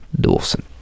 Dawson